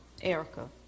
Erica